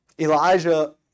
Elijah